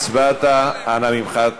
הצבעת, אנא ממך.